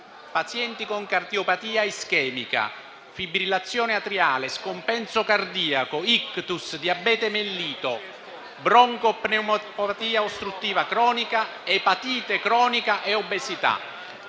pazienti con cardiopatia ischemica, fibrillazione atriale, scompenso cardiaco, *ictus*, diabete mellito, broncopneumopatia ostruttiva cronica, epatite cronica e obesità.